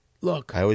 Look